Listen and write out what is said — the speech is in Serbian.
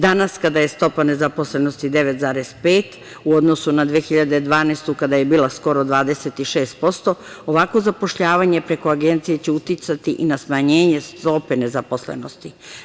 Danas kada je stopa nezaposlenosti 9,5 u odnosu na 2012. godinu kada je bila skoro 26%, ovakvo zapošljavanje preko agencije će uticati i na smanjenje stope nezaposlenosti.